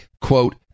quote